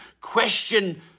Question